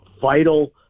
vital